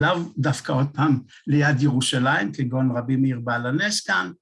דווקא עוד פעם ליד ירושלים כגון רבי מאיר בעל הנס כאן